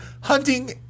hunting